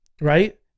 Right